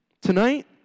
Tonight